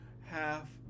half